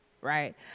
right